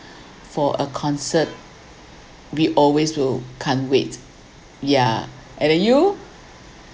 for a concert we always will can't wait yeah and you